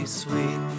sweet